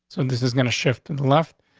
and this is going to shift and left.